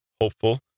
hopeful